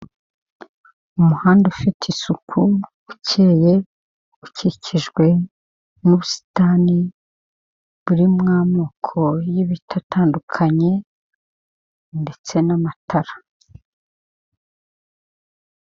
Umuhanda ufite isuku, ukeye, ukikijwe n'ubusitani buri mu moko y'ibiti atandukanye ndetse n'amatara.